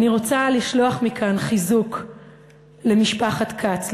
אני רוצה לשלוח מכאן חיזוק למשפחת כץ,